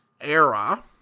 era